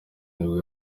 nibwo